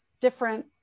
different